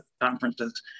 conferences